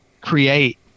create